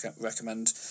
recommend